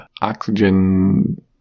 oxygen